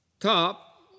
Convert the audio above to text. Top